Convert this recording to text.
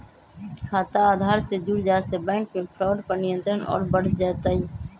खाता आधार से जुड़ जाये से बैंक मे फ्रॉड पर नियंत्रण और बढ़ जय तय